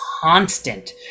constant